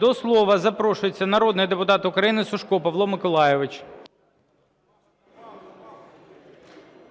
До слова запрошується народний депутат України Сушко Павло Миколайович.